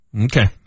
Okay